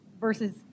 versus